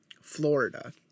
Florida